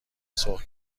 سرخ